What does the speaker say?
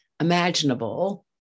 imaginable